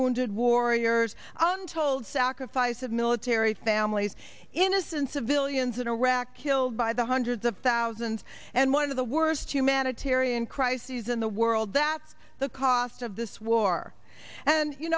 wounded warriors i'm told sacrifice of military families innocent civilians in iraq killed by the hundreds of thousands and one of the worst humanitarian crises in the world that's the cost of this war and you